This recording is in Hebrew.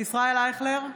ישראל אייכלר,